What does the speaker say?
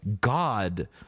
God